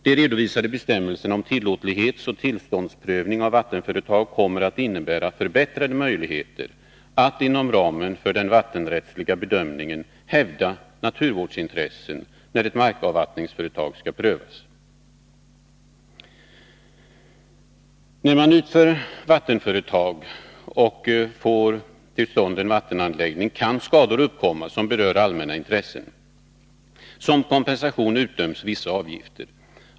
De redovisade bestämmelserna om tillåtlighetsoch tillståndsprövning av vattenföretag kommer att innebära förbättrade möjligheter att inom ramen för den vattenrättsliga bedömningen hävda naturvårdsintressen när ett markavvattningsföretag skall prövas. När man utför ett vattenföretag och får till stånd en vattenanläggning kan skador uppkomma som berör allmänna intressen. Som kompensation utdöms vissa avgifter.